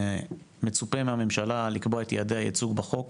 מצופה מהממשלה לקבוע את ייעדי הייצוג בחוק,